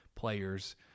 players